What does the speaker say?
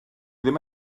ddim